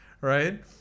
right